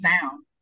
sound